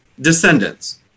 descendants